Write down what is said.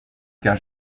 cas